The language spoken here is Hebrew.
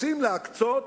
רוצים להקצות